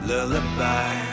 Lullaby